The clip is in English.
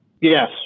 Yes